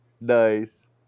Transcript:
Nice